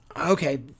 okay